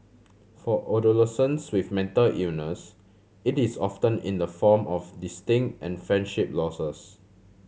for adolescents with mental illness it is often in the form of distant and friendship losses